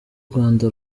rwanda